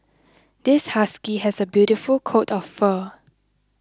this husky has a beautiful coat of fur